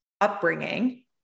upbringing